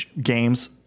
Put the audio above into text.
games